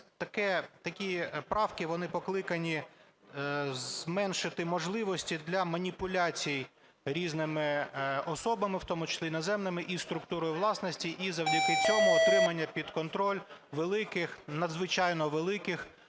Такі правки, вони покликані зменшити можливості для маніпуляцій різними особами, в тому числі іноземними, із структурою власності і завдяки цьому отримання під контроль великих, надзвичайно великих